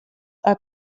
are